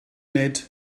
nid